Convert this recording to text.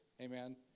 Amen